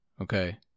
Okay